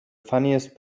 funniest